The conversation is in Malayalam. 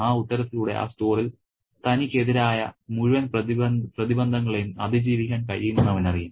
ആ ഉത്തരത്തിലൂടെ ആ സ്റ്റോറിൽ തനിക്കെതിരായ മുഴുവൻ പ്രതിബന്ധങ്ങളെയും അതിജീവിക്കാൻ കഴിയുമെന്ന് അവനറിയാം